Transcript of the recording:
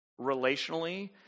relationally